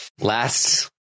Last